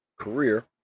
career